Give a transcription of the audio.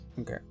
Okay